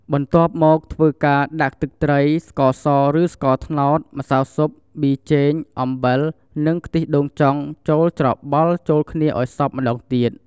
បន្ទាប់មកធ្វើការ ដាក់ទឹកត្រី ស្ករសឬស្ករត្នោត ម្សៅស៊ុប ប៊ីចេង អំបិល និងខ្ទិះដូងចុងចូលច្របល់ចូលគ្នាឲ្យសប់ម្ដងទៀត។